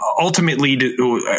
ultimately